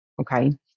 Okay